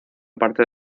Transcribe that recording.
parte